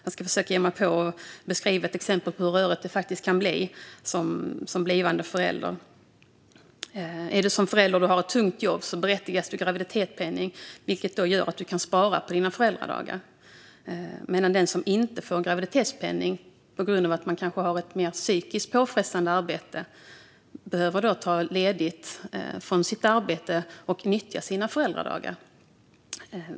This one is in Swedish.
Jag ska försöka beskriva hur rörigt det faktiskt kan bli för en blivande förälder. En förälder som har ett tungt jobb är berättigad till graviditetspenning, vilket gör att den kan spara sina föräldradagar. Den som inte får graviditetspenning, kanske på grund av att den har ett mer psykiskt påfrestande arbete, behöver ta ledigt från sitt arbete och nyttja sina föräldradagar.